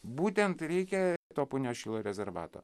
būtent reikia to punios šilo rezervato